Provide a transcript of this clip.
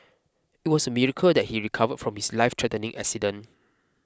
it was a miracle that he recovered from his lifethreatening accident